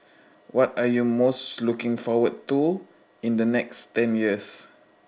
what are you most looking forward to in the next ten years